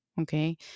Okay